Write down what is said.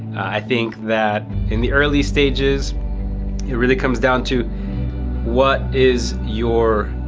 i think that in the early stages, it really comes down to what is your